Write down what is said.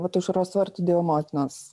vat aušros vartų dievo motinos